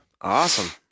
Awesome